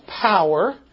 power